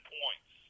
points